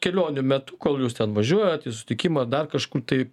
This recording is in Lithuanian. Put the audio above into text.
kelionių metu kol jūs ten važiuojat į susitikimą dar kažkur tai